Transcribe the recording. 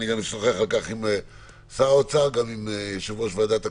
אני אשוחח על-כך גם עם שר האוצר וגם עם יושב-ראש ועדת הכספים.